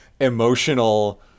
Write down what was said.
emotional